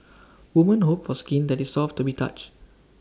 women hope for skin that is soft to be touch